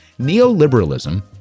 Neoliberalism